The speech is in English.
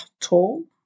tall